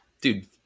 Dude